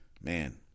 Man